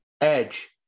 Edge